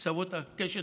קצוות הקשת,